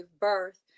birth